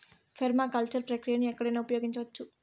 permaculture ప్రక్రియను ఎక్కడైనా ఉపయోగించవచ్చు